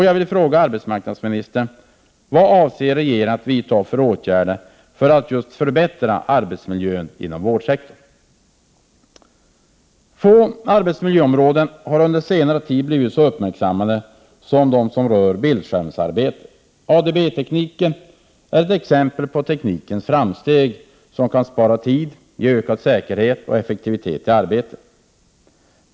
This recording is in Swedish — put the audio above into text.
Jag vill fråga arbetsmarknadsministern: Vad avser regeringen att vidta för åtgärder för att förbättra arbetsmiljön inom vårdsektorn? Få arbetsmiljöområden har under senare tid blivit så uppmärksammade som det som rör bildskärmsarbete. ADB-tekniken är ett exempel på teknikens framsteg, den kan spara tid och ge ökad säkerhet och effektivitet i arbetet.